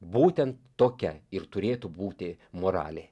būtent tokia ir turėtų būti moralė